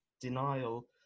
denial